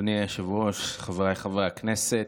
אדוני היושב-ראש, חבריי חברי הכנסת,